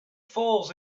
falls